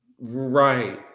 right